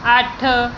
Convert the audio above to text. ਅੱਠ